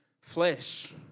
Flesh